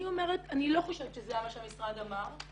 אני אומרת שאני לא חושבת שזה מה שהמשרד אמר.